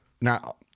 now